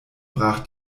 brach